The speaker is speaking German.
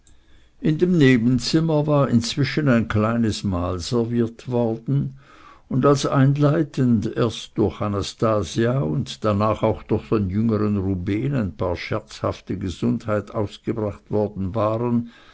in dem nebenzimmer war inzwischen ein kleines mahl serviert worden und als einleitend erst durch anastasia und danach auch durch den jüngeren rubehn ein paar scherzhafte gesundheiten ausgebracht worden waren